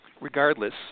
Regardless